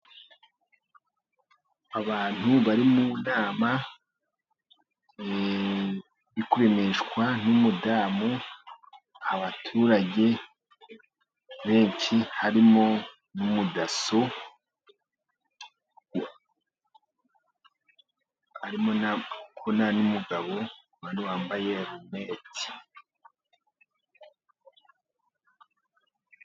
Abantu bari mu nama, irikwimeshwa n'umudamu, abaturage benshi harimo n'umudaso, harimo n'umugabo wambaye rinete.